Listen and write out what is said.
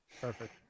Perfect